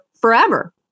forever